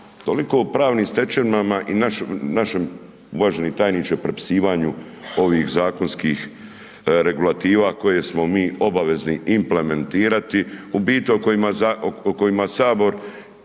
Toliko o pravnim stečevinama i našem, uvaženi tajniče, prepisivanje ovih zakonskih regulativa koje smo mi obavezni implementirati, u biti, o kojima Sabor,